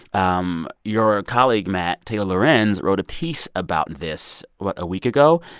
um your colleague, matt, taylor lorenz wrote a piece about this what? a week ago,